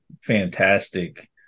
fantastic